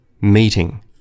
meeting